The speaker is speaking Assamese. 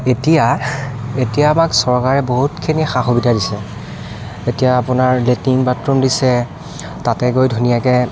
এতিয়া এতিয়া আমাক চৰকাৰে বহুতখিনি সা সুবিধা দিছে এতিয়া আপোনাৰ লেট্ৰিন বাথৰুম দিছে তাতে গৈ ধুনীয়াকৈ